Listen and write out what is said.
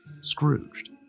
Scrooged